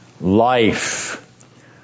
Life